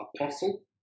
apostle